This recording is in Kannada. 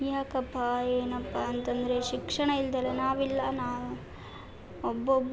ಯಾಕಪ್ಪ ಏನಪ್ಪ ಅಂತಂದರೆ ಶಿಕ್ಷಣ ಇಲ್ದಲೆ ನಾವಿಲ್ಲ ನಾವು ಒಬ್ಬೊಬ್ಬ